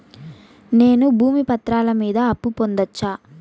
నేను భూమి పత్రాల మీద అప్పు పొందొచ్చా?